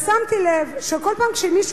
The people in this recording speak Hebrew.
שמתי לב שלאחרונה,